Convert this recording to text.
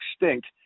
extinct